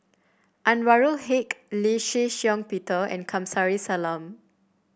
Anwarul Haque Lee Shih Shiong Peter and Kamsari Salam